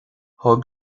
thug